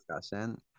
discussion